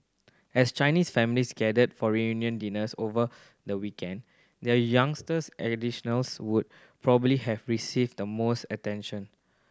as Chinese families gathered for reunion dinners over the weekend their youngest would probably have received the most attention